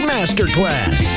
Masterclass